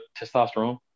Testosterone